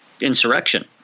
insurrection